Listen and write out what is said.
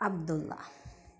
Abdulla